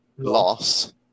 Loss